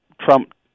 Trump